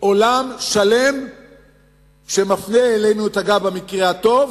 ובעולם שלם שמפנה אלינו את הגב במקרה הטוב